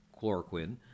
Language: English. chloroquine